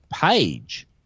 page